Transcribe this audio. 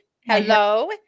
Hello